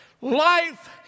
Life